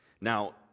Now